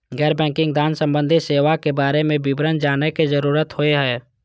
गैर बैंकिंग धान सम्बन्धी सेवा के बारे में विवरण जानय के जरुरत होय हय?